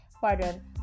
Pardon